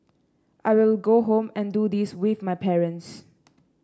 I will go home and do this with my parents